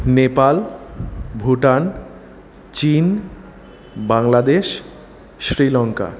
নেপাল ভুটান চীন বাংলাদেশ শ্রীলঙ্কা